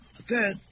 Okay